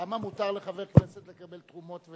למה מותר לחבר כנסת לקבל תרומות,